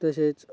तसेच